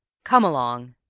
come along.